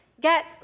get